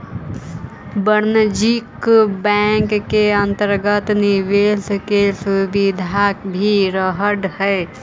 वाणिज्यिक बैंकिंग के अंतर्गत निवेश के सुविधा भी रहऽ हइ